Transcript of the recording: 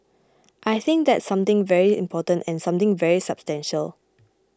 I think that's something very important and something very substantial